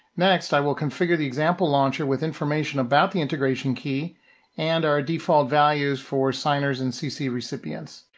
next, i will configure the example launcher with information about the integration key and our default values for signers and cc recipients.